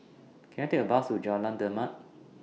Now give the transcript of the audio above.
Can I Take A Bus to Jalan Demak